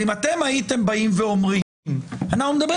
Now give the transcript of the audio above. אם אתם הייתם באים ואומרים שאנחנו מדברים